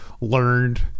learned